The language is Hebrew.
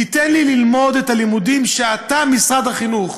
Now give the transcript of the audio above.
תן לי ללמוד את הלימודים שאתה, משרד החינוך,